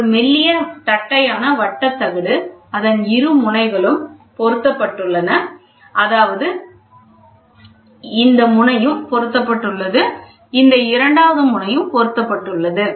ஒரு மெல்லிய தட்டையான வட்ட தகடு அதன் இரு முனைகளும் பொருத்தப்பட்டுள்ளது அதாவது இந்த முனையும் பொருத்தப்பட்டுள்ளது இந்த இரண்டாவது முனையும் பொருத்தப்பட்டுள்ளது